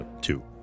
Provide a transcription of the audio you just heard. Two